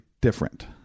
different